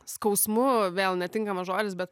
skausmu vėl netinkamas žodis bet